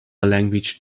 language